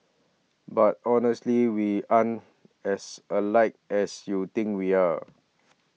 but honestly we aren't as alike as you think we are